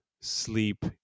sleep